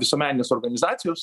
visuomeninės organizacijos